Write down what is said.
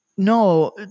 No